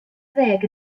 ddeg